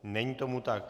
Není tomu tak.